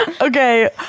Okay